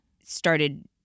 started